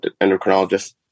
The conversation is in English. endocrinologist